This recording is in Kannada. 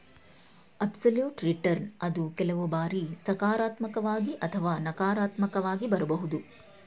ಅಬ್ಸಲ್ಯೂಟ್ ರಿಟರ್ನ್ ಅದು ಕೆಲವು ಬಾರಿ ಸಕಾರಾತ್ಮಕವಾಗಿ ಅಥವಾ ನಕಾರಾತ್ಮಕವಾಗಿ ಬರಬಹುದು